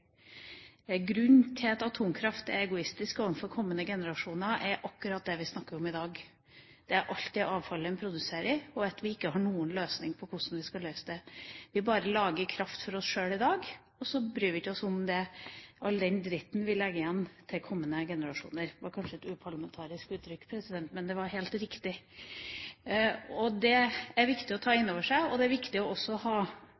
Grunnen til at atomkraft er egoistisk overfor kommende generasjoner, er akkurat det vi snakker om i dag: Det er alt det avfallet en produserer, og at vi ikke vet hvordan vi skal løse det. Vi bare lager kraft for oss sjøl i dag, og så bryr vi oss ikke om all den dritten vi legger igjen til kommende generasjoner. Det var kanskje et uparlamentarisk uttrykk, president, men det var helt riktig. Det er viktig å ta det inn over seg, og det er også viktig å ta